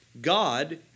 God